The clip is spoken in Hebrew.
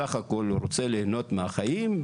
בסך הכל רוצה ליהנות מהחיים.